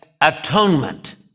atonement